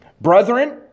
Brethren